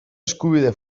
eskubide